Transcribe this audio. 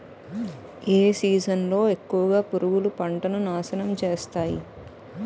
ఏ season లో ఎక్కువుగా పురుగులు పంటను నాశనం చేస్తాయి?